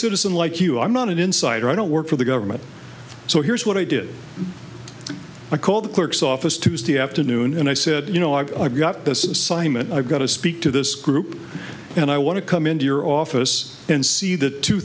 citizen like you i'm not an insider i don't work for the government so here's what i did i called the clerk's office tuesday afternoon and i said you know i've got this assignment i've got to speak to this group and i want to come into your office and see that two